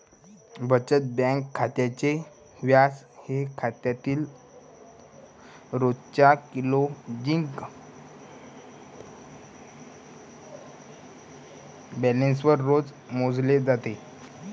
बचत बँक खात्याचे व्याज हे खात्यातील रोजच्या क्लोजिंग बॅलन्सवर रोज मोजले जाते